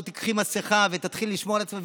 או תיקחי מסכה ותתחילי לשמור על עצמך,